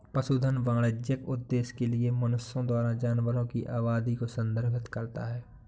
पशुधन वाणिज्यिक उद्देश्य के लिए मनुष्यों द्वारा जानवरों की आबादी को संदर्भित करता है